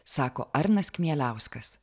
sako arnas kmieliauskas